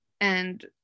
and-